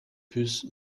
plus